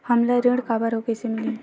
हमला ऋण काबर अउ कइसे मिलही?